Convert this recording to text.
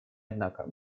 однако